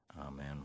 Amen